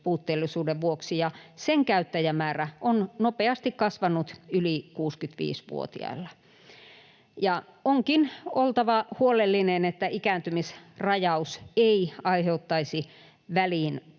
puutteellisuuden vuoksi, ja sen käyttäjämäärä on nopeasti kasvanut yli 65-vuotiailla. Onkin oltava huolellinen, että ikääntymisrajaus ei aiheuttaisi